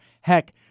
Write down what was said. Heck